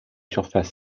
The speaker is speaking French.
surface